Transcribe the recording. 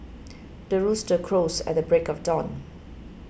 the rooster crows at the break of dawn